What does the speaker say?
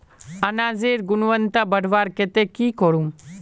अनाजेर गुणवत्ता बढ़वार केते की करूम?